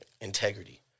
integrity